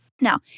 Now